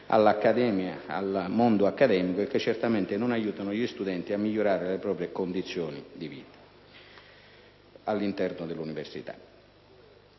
fanno onore al mondo accademico e non aiutano gli studenti a migliorare le proprie condizioni di vita all'interno dell'università.